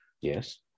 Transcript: Yes